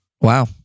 wow